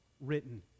written